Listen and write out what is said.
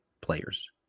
players